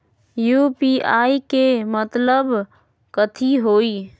UPI के मतलब कथी होई?